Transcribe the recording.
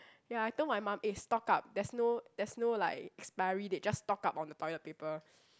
ya I told my mum eh stock up there's no there's no like expiry date just stock up on the toilet paper